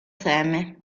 seme